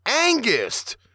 Angus